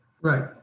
Right